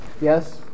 Yes